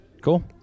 Cool